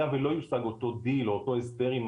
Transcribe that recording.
היה ולא הושג אותו דיל או אותו הסדר עם